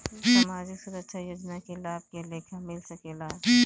सामाजिक सुरक्षा योजना के लाभ के लेखा मिल सके ला?